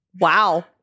wow